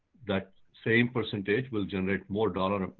that same percentage will generate more dollars.